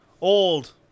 old